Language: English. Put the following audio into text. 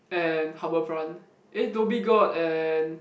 and Harbourfront eh Dhoby-Ghaut and